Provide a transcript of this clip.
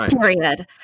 Period